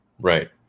right